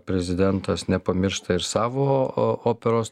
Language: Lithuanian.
prezidentas nepamiršta ir savo operos